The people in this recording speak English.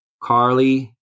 Carly